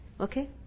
Okay